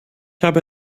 habe